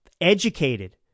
educated